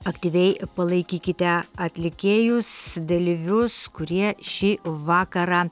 aktyviai palaikykite atlikėjus dalyvius kurie šį vakarą